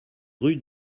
rue